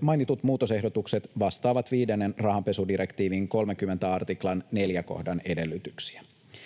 Mainitut muutosehdotukset vastaavat viidennen rahanpesudirektiivin 30 artiklan 4 kohdan edellytyksiä.